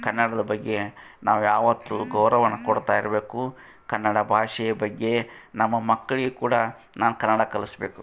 ಕನ್ನಡದ ಬಗ್ಗೆ ನಾವು ಯಾವತ್ತು ಗೌರವವನ್ನು ಕೊಡ್ತಾ ಇರಬೇಕು ಕನ್ನಡ ಭಾಷೆಯ ಬಗ್ಗೆ ನಮ್ಮ ಮಕ್ಳಿಗೆ ಕೂಡ ನಾನು ಕನ್ನಡ ಕಲ್ಸ್ಬೇಕು